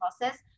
process